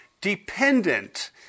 dependent